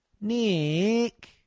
Nick